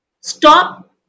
stop